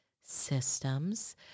systems